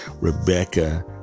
Rebecca